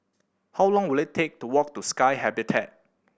how long will it take to walk to Sky Habitat